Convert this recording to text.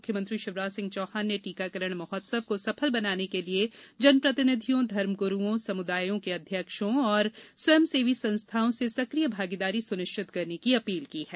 मुख्यमंत्री शिवराज सिंह चौहान ने टीकाकरण महोत्सव को सफल बनाने के लिये जन प्रतिनिधियों धर्म गुरूओं समुदाओं के अध्यक्षों और स्वयं सेवी संस्थाओं से सक्रिय भागीदारी सुनिश्चित करने की अपील की है